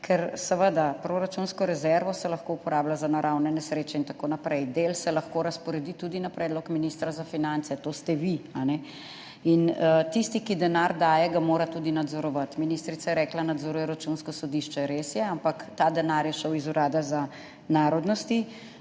se seveda proračunsko rezervo lahko uporablja za naravne nesreče in tako naprej. Del se lahko razporedi tudi na predlog ministra za finance, to ste vi. Tisti, ki denar daje, ga mora tudi nadzorovati, ministrica je rekla, da nadzoruje Računsko sodišče. Res je, ampak ta denar je šel iz Urada za narodnosti,